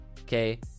okay